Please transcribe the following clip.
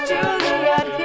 Juliet